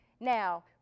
Now